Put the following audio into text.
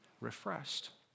refreshed